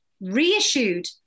reissued